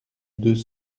deux